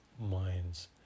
minds